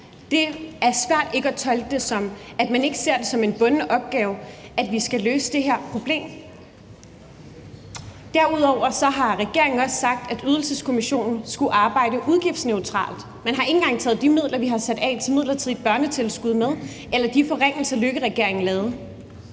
Det er svært ikke at tolke det som, at man ikke ser det som en bunden opgave, at vi skal løse det her problem. Derudover har regeringen også sagt, at Ydelseskommissionen skulle arbejde udgiftsneutralt. Man har ikke engang taget de midler, vi har sat af til midlertidigt børnetilskud, eller de forringelser, Lars Løkke